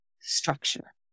structure